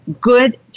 good